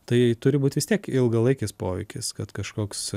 tai turi būt vis tiek ilgalaikis poveikis kad kažkoks